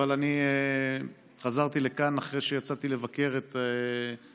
אבל אני חזרתי לכאן אחרי שיצאתי לבקר את הארגונים